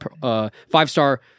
five-star